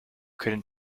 können